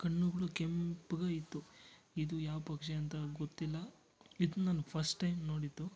ಕಣ್ಣುಗಳು ಕೆಂಪ್ಗೆ ಇತ್ತು ಇದು ಯಾವ ಪಕ್ಷಿ ಅಂತ ಗೊತ್ತಿಲ್ಲ ಇದು ನಾನು ಫಸ್ಟ್ ಟೈಮ್ ನೋಡಿದ್ದು